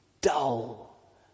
dull